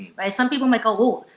some people might go, oh,